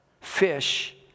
fish